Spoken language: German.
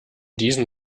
diesen